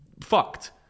fucked